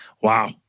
Wow